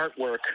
artwork